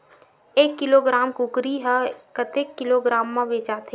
एक किलोग्राम कुकरी ह कतेक किलोग्राम म बेचाथे?